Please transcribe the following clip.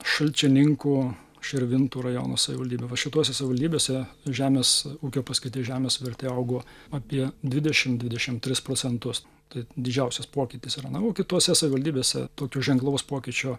šalčininkų širvintų rajono savivaldybių va šitose savivaldybėse žemės ūkio paskirties žemės vertė augo apie dvidešimt dvidešimt tris procentus tai didžiausias pokytis ar ne o kitose savivaldybėse tokio ženklaus pokyčio